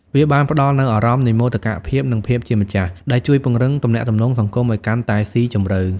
វាបានផ្តល់នូវអារម្មណ៍នៃមោទកភាព និងភាពជាម្ចាស់ ដែលជួយពង្រឹងទំនាក់ទំនងសង្គមឱ្យកាន់តែស៊ីជម្រៅ។